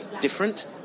different